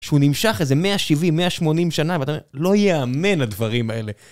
שהוא נמשך איזה 170-180 שנה ואתה לא יאמן הדברים האלה.